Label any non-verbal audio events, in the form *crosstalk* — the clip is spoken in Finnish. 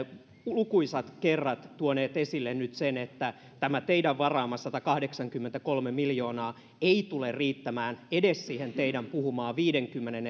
lukuisat kerrat tuoneet esille nyt sen että tämä teidän varaamanne satakahdeksankymmentäkolme miljoonaa ei tule riittämään edes siihen teidän puhumaanne viidenkymmenen *unintelligible*